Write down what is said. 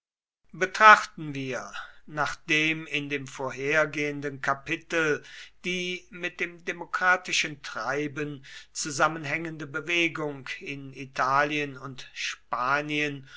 betrachten wir nachdem in dem vorhergehenden kapitel die mit dem demokratischen treiben zusammenhängende bewegung in italien und spanien